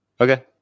Okay